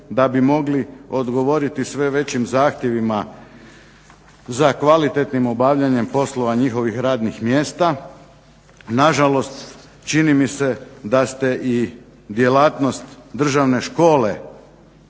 da bi mogli odgovoriti sve većim zahtjevima za kvalitetnim obavljanjem poslova njihovih radnih mjesta. Nažalost, čini mi se da ste i djelatnost državne škole